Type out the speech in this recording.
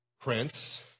prince